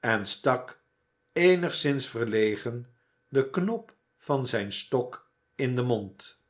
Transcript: en stak eenigszins verlegen den knop van zijn stok in den mond